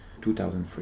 2003